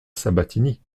sabatini